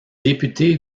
député